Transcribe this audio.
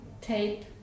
tape